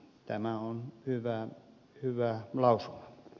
tämä on hyvä lausuma